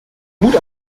mut